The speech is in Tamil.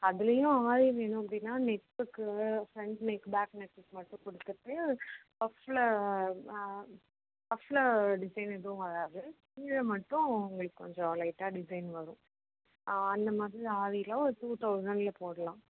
அதுலேயும் ஆரி வேணும் அப்படின்னா நெக்குக்கு ஃப்ரண்ட் நெக் பேக் நெக்குக்கு மட்டும் கொடுத்துட்டு பஃபில் பஃபில் டிசைன் எதுவும் வராது கீழே மட்டும் உங்களுக்கு கொஞ்சம் லைட்டாக டிசைன் வரும் அந்தமாதிரி ஆரிலாம் ஒரு டூ தௌசண்ட்ல போடலாம்